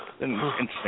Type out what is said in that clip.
Interesting